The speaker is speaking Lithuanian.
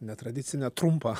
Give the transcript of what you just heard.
netradicinę trumpą